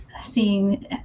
seeing